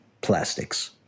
plastics